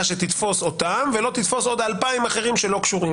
שתתפוס אותם ולא תתפוס עוד 2,000 אחרים שלא קשורים,